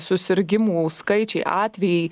susirgimų skaičiai atvejai